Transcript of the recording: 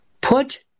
put